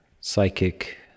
psychic